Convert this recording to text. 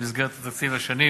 במסגרת התקציב לשנים